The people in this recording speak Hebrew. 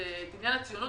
ציונות